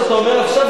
מה שאתה אומר עכשיו,